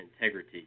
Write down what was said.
integrity